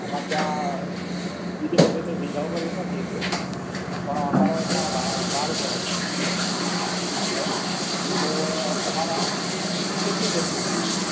અમારે ત્યાં બીજી બધે તો વીઘા પર વેચાતી હશે પણ અમારે ત્યાં વા વાર ઉપર વેચાય છે બરાબર તમારે આમ કેટલી જમીન જોઈએ